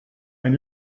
ein